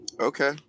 Okay